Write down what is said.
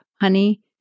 honey